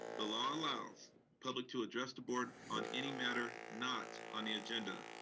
the law allows public to address the board on any matter not on the agenda,